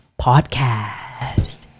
Podcast